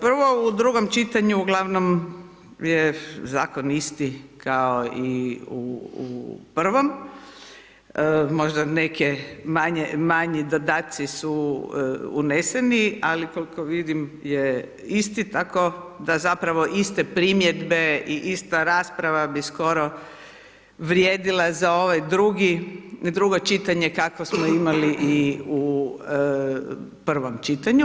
Prvo u drugom čitanju ugl. je zakon isti kao i u prvom, možda neki manji dodaci su uneseni, ali koliko vidim je isti, tako da zapravo ista primjedbe i ista rasprava bi skoro vrijedila za drugo čitanje kako smo imali u prvom čitanju.